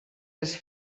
les